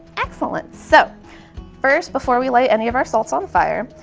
excellent so first before we light any of our salts on fire,